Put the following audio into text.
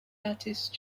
artist